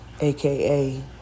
aka